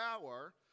power